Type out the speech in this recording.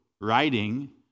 Writing